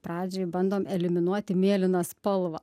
pradžioj bandom eliminuoti mėlyną spalvą